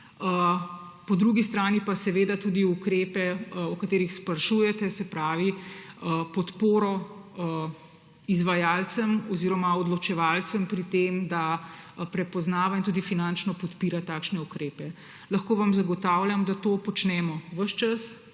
po drugi strani pa tudi ukrepe, o katerih sprašujete, se pravi podporo izvajalcem oziroma odločevalcem pri tem, da prepoznava in tudi finančno podpira takšne ukrepe. Lahko vam zagotavljam, da to počnemo ves čas,